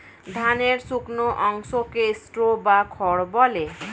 ধানের শুকনো অংশকে স্ট্র বা খড় বলে